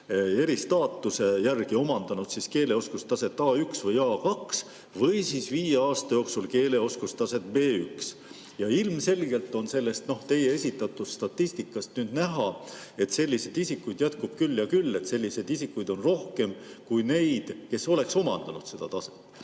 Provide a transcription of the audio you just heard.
aasta jooksul omandanud keeleoskustaset A1 või A2 või viie aasta jooksul keeleoskustaset B1. Ilmselgelt on sellest teie esitatud statistikast nüüd näha, et selliseid isikuid jätkub küll ja küll, selliseid isikuid on rohkem kui neid, kes oleks omandanud seda taset.